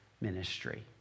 ministry